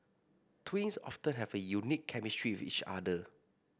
twins often have a unique chemistry with each other